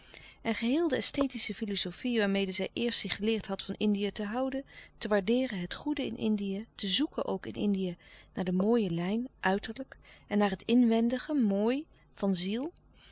en geheel de esthetische filozofie waarmede zij eerst zich geleerd had van indië te houden te waardeeren het goede in indië te zoeken ook in indië naar de mooie lijn uiterlijk en naar het inwendige mooi van ziel